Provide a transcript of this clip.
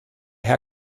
herr